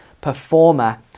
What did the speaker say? performer